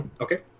Okay